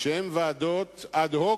שהן ועדות אד-הוק,